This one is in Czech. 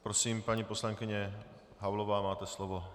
Prosím, paní poslankyně Havlová, máte slovo.